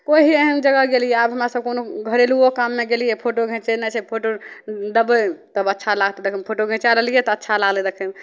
कोइ ही एहन जगह गेलिए आब हमरासभ कोनो घरेलुओ काममे गेलिए फोटो घिचेनाइ छै फोटो देबै तब अच्छा लागतै देखैमे फोटो घिचै लेलिए तऽ अच्छा लागलै देखैमे